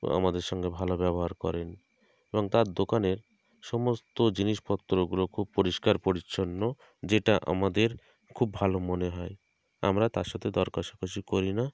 ও আমাদের সঙ্গে ভালো ব্যবহার করেন এবং তার দোকানের সমস্ত জিনিসপত্রগুলো খুব পরিষ্কার পরিচ্ছন্ন যেটা আমাদের খুব ভালো মনে হয় আমরা তার সাথে দর কষাকষি করি না